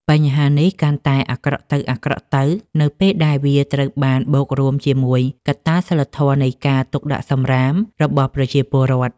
បញ្ហានេះកាន់តែអាក្រក់ទៅៗ នៅពេលដែលវាត្រូវបានបូករួមជាមួយកត្តាសីលធម៌នៃការទុកដាក់សំរាមរបស់ប្រជាពលរដ្ឋ។